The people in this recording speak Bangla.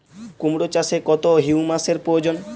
কুড়মো চাষে কত হিউমাসের প্রয়োজন?